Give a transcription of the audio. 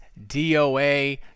DOA